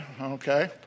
Okay